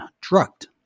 drugged